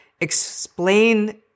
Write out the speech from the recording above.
explain